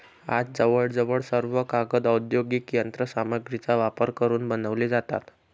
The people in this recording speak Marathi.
आज जवळजवळ सर्व कागद औद्योगिक यंत्र सामग्रीचा वापर करून बनवले जातात